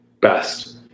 best